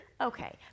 Okay